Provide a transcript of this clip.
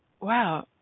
wow